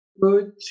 Good